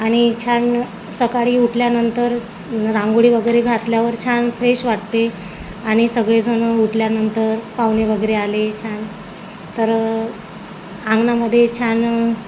आणि छान सकाळी उठल्यानंतर रांगोडी वगैरे घातल्यावर छान फ्रेश वाटते आणि सगळेजण उठल्यानंतर पाहुणे वगैरे आले छान तर अंगणामध्ये छान